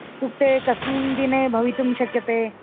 इत्युक्ते कस्मिन् दिने भवितुं शक्यते